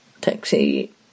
taxi